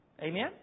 Amen